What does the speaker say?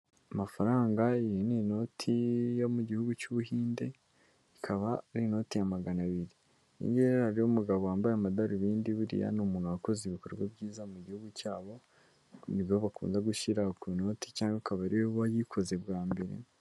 Amafaranga, iyi ni inoti yo mu gihugu cy'Ubuhinde, ikaba ari inoti ya magana abiri, iyi ngiyi rero hariho umugabo wambaye amadarubindi, buriya ni umuntu wakoze ibikorwa byiza mu gihugu cyabo, ni bo bakunda gushyira ku noti cyangwa akaba ari we wayikoze bwa mbere.